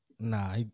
Nah